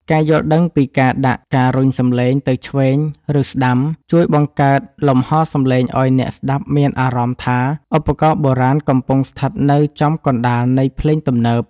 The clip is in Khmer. ការយល់ដឹងពីការដាក់ ការរុញសំឡេងទៅឆ្វេង ឬស្ដាំ ជួយបង្កើតលំហសំឡេងឱ្យអ្នកស្ដាប់មានអារម្មណ៍ថាឧបករណ៍បុរាណកំពុងស្ថិតនៅចំកណ្ដាលនៃភ្លេងទំនើប។